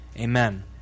Amen